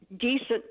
decent